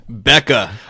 Becca